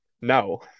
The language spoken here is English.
no